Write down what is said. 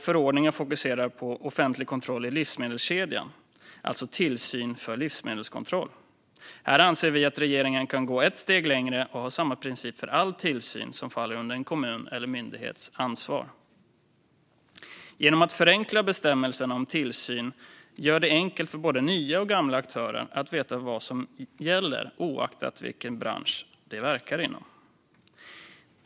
Förordningen fokuserar på offentlig kontroll i livsmedelskedjan, alltså tillsyn för livsmedelskontroll. Här anser vi att regeringen kan gå ett steg längre och ha samma princip för all tillsyn som faller under en kommuns eller en myndighets ansvar. Att förenkla bestämmelserna om tillsyn gör det enkelt för både nya och gamla aktörer att veta vad som gäller, oavsett vilken bransch de verkar inom.